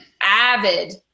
avid